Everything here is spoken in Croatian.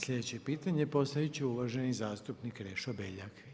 Sljedeće pitanje postavit će uvaženi zastupnik Krešo Beljak.